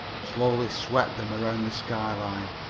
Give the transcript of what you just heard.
slowly swept them around the sky-line.